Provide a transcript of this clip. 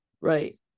Right